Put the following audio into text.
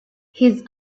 his